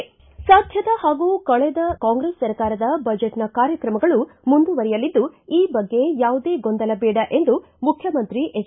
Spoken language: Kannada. ಸಧ್ವದ ಹಾಗೂ ಕಳೆದ ಕಾಂಗ್ರೆಸ್ ಸರ್ಕಾರದ ಬಜೆಟ್ನ ಕಾರ್ಯಕ್ರಮಗಳು ಮುಂದುವರೆಯಲಿದ್ದು ಈ ಬಗ್ಗೆ ಯಾವುದೇ ಗೊಂದಲ ಬೇಡ ಎಂದು ಮುಖ್ಯಮಂತ್ರಿ ಎಚ್